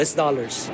dollars